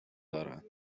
دارند